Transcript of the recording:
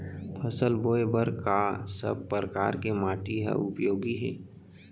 फसल बोए बर का सब परकार के माटी हा उपयोगी हे?